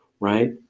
right